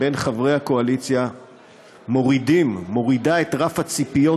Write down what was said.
בין חברי הקואליציה מורידים את רף הציפיות